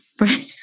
Right